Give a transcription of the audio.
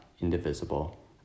indivisible